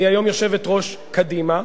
היא היום יושבת-ראש קדימה.